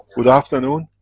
good afternoon,